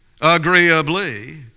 agreeably